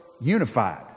unified